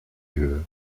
höhe